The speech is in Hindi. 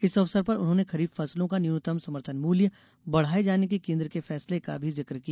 इस अवसर पर उन्होंने खरीफ फसलों का न्यूनतम समर्थन मूल्य बढाये जाने के केन्द्र के फैसले का भी जिक किया